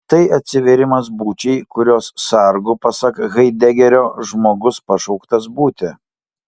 tai atsivėrimas būčiai kurios sargu pasak haidegerio žmogus pašauktas būti